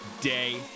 day